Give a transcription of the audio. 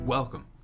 Welcome